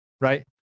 right